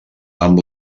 amb